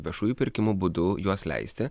viešųjų pirkimų būdu juos leisti